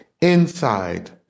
inside